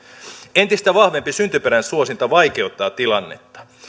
entistä vahvempi syntyperän suosinta vaikeuttaa tilannetta